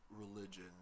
religion